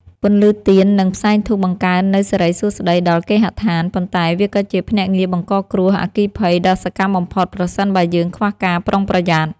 ពន្លឺទៀន និងផ្សែងធូបបង្កើននូវសិរីសួស្តីដល់គេហដ្ឋាន ប៉ុន្តែវាក៏ជាភ្នាក់ងារបង្កគ្រោះអគ្គិភ័យដ៏សកម្មបំផុតប្រសិនបើយើងខ្វះការប្រុងប្រយ័ត្ន។